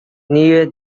near